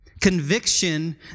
Conviction